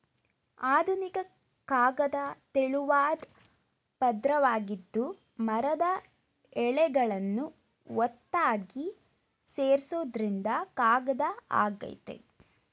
ಆಧುನಿಕ ಕಾಗದ ತೆಳುವಾದ್ ಪದ್ರವಾಗಿದ್ದು ಮರದ ಎಳೆಗಳನ್ನು ಒತ್ತಾಗಿ ಸೇರ್ಸೋದ್ರಿಂದ ಕಾಗದ ಆಗಯ್ತೆ